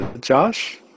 Josh